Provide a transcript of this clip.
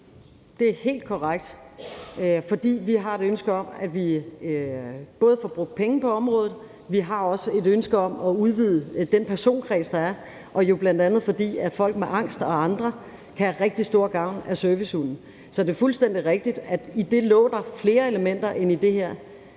Det er helt korrekt, fordi vi både har et ønske om, at vi får brugt penge på området, og vi også har et ønske om at udvide den personkreds, der er, bl.a. fordi folk med angst og andre kan have rigtig stor gavn af servicehunde. Så det er fuldstændig rigtigt, at der i det lå flere elementer, end der gør